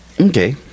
Okay